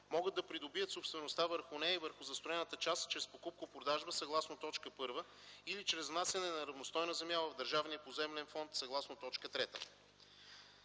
могат да придобият собствеността върху нея и върху застроената част чрез покупко-продажба съгласно т. 1 или чрез внасяне на равностойна земя в държавния поземлен фонд съгласно т. 3.